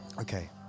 Okay